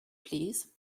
please